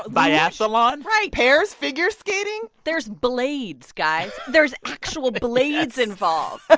biathlon right pairs figure skating there's blades, guys. there's actual blades involved but